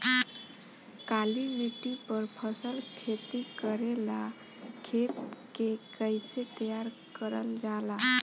काली मिट्टी पर फसल खेती करेला खेत के कइसे तैयार करल जाला?